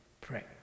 pray